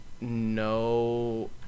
no